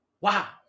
Wow